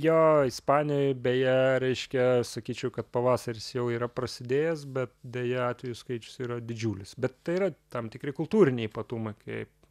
jo ispanijoj beje reiškia sakyčiau kad pavasaris jau yra prasidėjęs bet deja atvejų skaičius yra didžiulis bet tai yra tam tikri kultūriniai ypatumai kaip